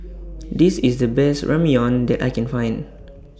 This IS The Best Ramyeon that I Can Find